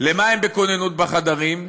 למה הם בכוננות בחדרים?